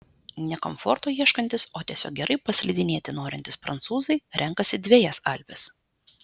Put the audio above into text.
ne komforto ieškantys o tiesiog gerai paslidinėti norintys prancūzai renkasi dvejas alpes